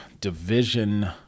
division